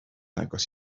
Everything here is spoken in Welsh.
agos